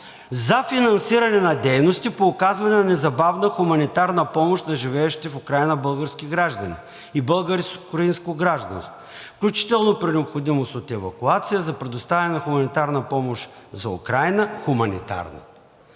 за финансиране на дейности по оказване на незабавна хуманитарна помощ на живеещи в Украйна български граждани и българи с украинско гражданство, включително при необходимост от евакуация, за предоставяне на хуманитарна помощ за Украйна – хуманитарна